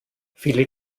viele